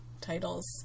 titles